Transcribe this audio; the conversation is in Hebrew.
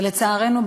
ולצערנו,